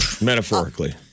Metaphorically